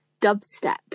dubstep